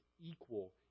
equal